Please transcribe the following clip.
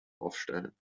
aufstellen